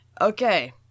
Okay